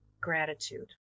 Gratitude